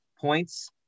points